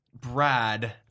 Brad